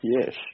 Yes